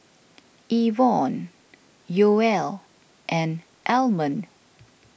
Ivonne Yoel and Almond